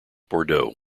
bordeaux